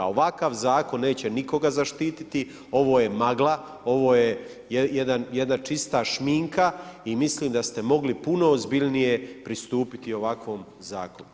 A ovakav zakon neće nikoga zaštiti, ovo je magla, ovo je jedna čista šminka i mislim da ste mogli puno ozbiljnije pristupiti ovakvom zakonu.